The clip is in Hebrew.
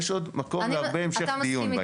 יש עוד מקום להרבה המשך דיון בעניין.